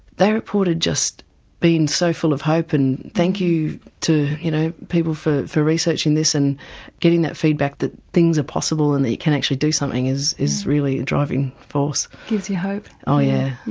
they reported just being so full of hope and thank you to you know people for for researching this, and getting that feedback that things are possible and that you can actually do something is is really the driving force. gives you hope. oh yeah.